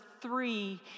three